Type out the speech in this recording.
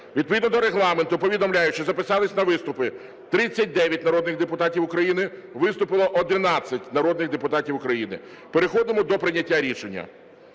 Відповідно до Регламенту повідомляю, що записалися на виступи 39 народних депутатів України, виступило 11 народних депутатів України. Переходимо до прийняття рішення.